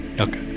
Okay